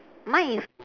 mine is